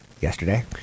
yesterday